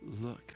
look